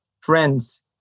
friends